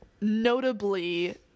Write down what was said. notably